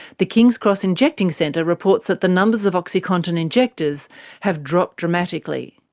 the kings cross injecting centre reports that the numbers of oxycontin injectors have dropped dramatically.